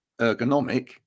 ergonomic